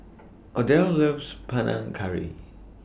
Odell loves Panang Curry